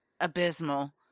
abysmal